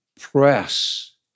press